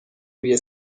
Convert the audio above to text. روی